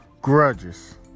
grudges